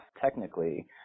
technically